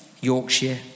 Yorkshire